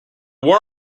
war